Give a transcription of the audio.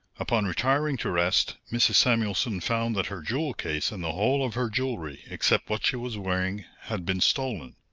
upon retiring to rest mrs. samuelson found that her jewel case and the whole of her jewelry, except what she was wearing, had been stolen.